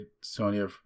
Sonya